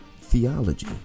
theology